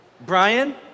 Brian